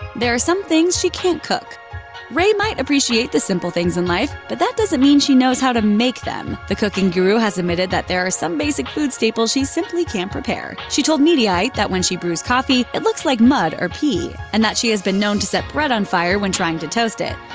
there are some things she can't cook ray might appreciate the simple things in life, but that doesn't mean she knows how to make them. the cooking guru has admitted that there are some basic food staples she simply can't prepare. she told mediaite that when she brews coffee it looks like mud or pee and that she has been known to set bread on fire when trying to toast it.